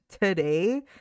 today